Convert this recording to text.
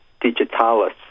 digitalis